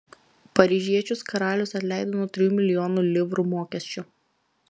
paryžiečius karalius atleido nuo trijų milijonų livrų mokesčių